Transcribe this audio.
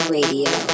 Radio